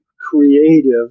creative